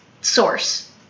source